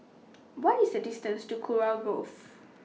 What IS The distance to Kurau Grove